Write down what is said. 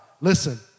listen